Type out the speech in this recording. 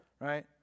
Right